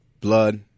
Blood